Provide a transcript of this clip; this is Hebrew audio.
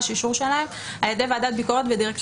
אישור שלהן על-ידי ועדת ביקורת ודירקטוריון.